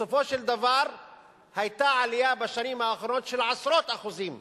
בסופו של דבר היתה בשנים האחרונות עלייה של עשרות אחוזים